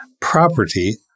property